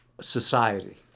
society